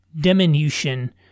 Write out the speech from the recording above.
diminution